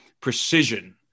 precision